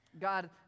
God